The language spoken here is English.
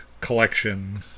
collection